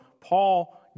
Paul